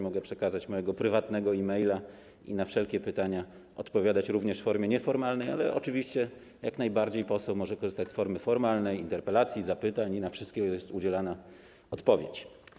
Mogę przekazać mojego prywatnego e-maila i na wszelkie pytania odpowiadać również w formie nieformalnej, ale oczywiście jak najbardziej poseł może korzystać z formy formalnej, interpelacji, zapytań, i na wszystkie jest udzielana odpowiedź.